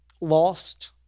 lost